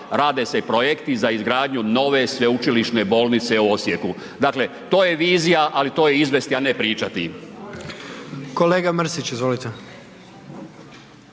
rade se projekti za izgradnju nove Sveučilišne bolnice u Osijeku. Dakle to je vizija ali to je izvesti a ne pričati.